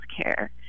care